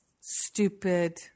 stupid